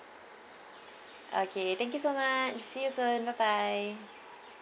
okay thank you so much see you soon bye bye